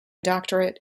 doctorate